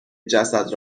جسد